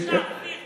איזו בושה, אופיר.